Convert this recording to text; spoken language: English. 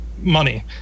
money